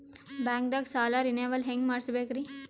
ಬ್ಯಾಂಕ್ದಾಗ ಸಾಲ ರೇನೆವಲ್ ಹೆಂಗ್ ಮಾಡ್ಸಬೇಕರಿ?